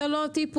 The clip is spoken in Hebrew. זה לא הטיפוס.